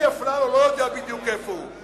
אלי אפללו לא יודע בדיוק איפה הוא.